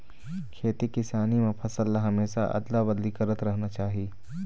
खेती किसानी म फसल ल हमेशा अदला बदली करत रहना चाही